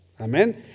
amen